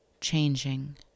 changing